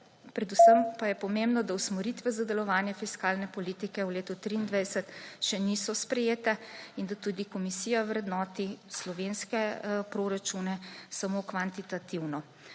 predvsem pa je pomembno, da usmeritve za delovanje fiskalne politike v letu 2023 še niso sprejete in da tudi Komisija vrednoti slovenske proračune samo kvantitativno.